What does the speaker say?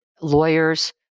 lawyers